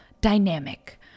Dynamic